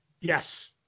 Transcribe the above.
Yes